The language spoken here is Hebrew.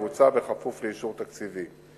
ויבוצע בכפוף לאישור תקציבי.